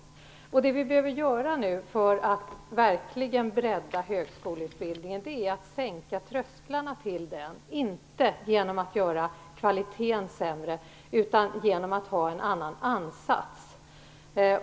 Det vi behöver göra för att verkligen bredda högskoleutbildningen är att sänka trösklarna till den, inte genom att göra kvaliteten sämre utan genom att ha en annan ansats.